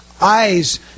eyes